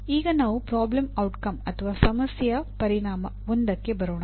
ಈಗ ನಾವು problem outcome 1 ಕ್ಕೆ ಬರೋಣ